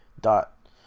Dot